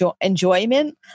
enjoyment